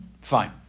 Fine